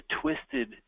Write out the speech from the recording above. twisted